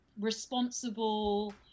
responsible